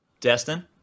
Destin